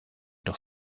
doch